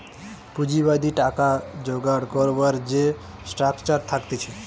পুঁজিবাদী টাকা জোগাড় করবার যে স্ট্রাকচার থাকতিছে